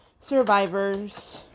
survivors